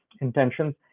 intentions